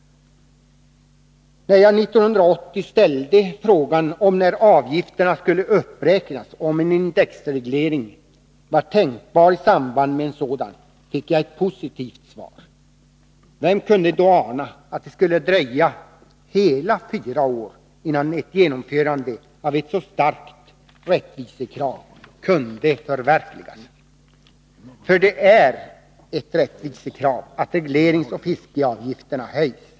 När jag 1980 ställde frågan när avgifterna skulle uppräknas och om en indexreglering var tänkbar i samband med en sådan uppräkning, fick jag ett positivt svar. Vem kunde då ana att det skulle dröja hela fyra år, innan man uppfyllde ett så starkt rättvisekrav? Det är nämligen ett rättvisekrav att regleringsoch fiskeavgifterna höjs.